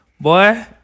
Boy